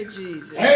Jesus